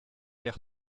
aller